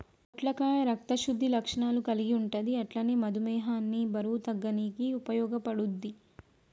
పొట్లకాయ రక్త శుద్ధి లక్షణాలు కల్గి ఉంటది అట్లనే మధుమేహాన్ని బరువు తగ్గనీకి ఉపయోగపడుద్ధి